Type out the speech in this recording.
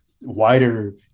wider